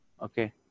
okay